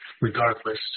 regardless